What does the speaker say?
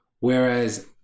whereas